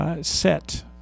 set